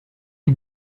you